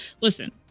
Listen